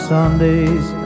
Sundays